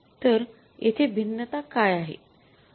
तर येथे भिन्नता काय आहे